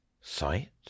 Sight